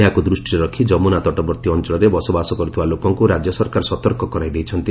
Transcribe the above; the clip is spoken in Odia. ଏହାକୁ ଦୃଷ୍ଟିରେ ରଖି ଯମୁନା ତଟବର୍ତ୍ତୀ ଅଞ୍ଚଳରେ ବସବାସ କରୁଥିବା ଲୋକଙ୍କୁ ରାଜ୍ୟ ସରକାର ସତର୍କ କରାଇ ଦେଇଛନ୍ତି